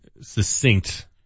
succinct